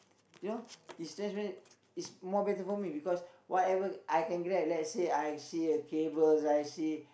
you know is thrash bag is more better for me because whatever I can grab let's say I see a cable I see